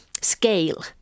scale